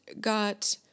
got